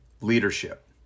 leadership